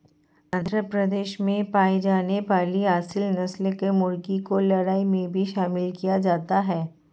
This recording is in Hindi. आंध्र प्रदेश में पाई जाने वाली एसील नस्ल के मुर्गों को लड़ाई में भी शामिल किया जाता है